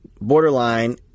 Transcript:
borderline